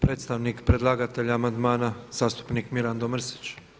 Predstavnik predlagatelja amandmana zastupnik Mirando Mrsić.